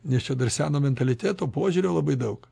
nes čia dar seno mentaliteto požiūrio labai daug